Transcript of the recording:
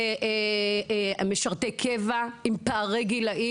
זה משרתי קבע עם פערי גילים.